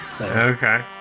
Okay